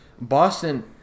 Boston